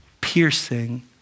piercing